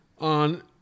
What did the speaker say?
on